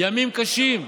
ימים קשים.